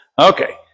Okay